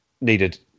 needed